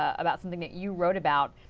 about something that you wrote about.